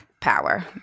power